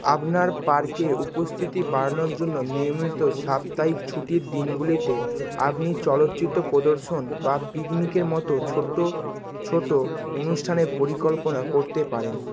আপনার পার্কে উপস্থিতি বাড়ানোর জন্য নিয়মিত সাপ্তাহিক ছুটির দিনগুলিতে আপনি চলচিত্র প্রদর্শন বা পিকনিকের মতো ছোট্ট ছোট অনুষ্ঠানের পরিকল্পনা করতে পারেন